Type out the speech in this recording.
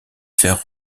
faire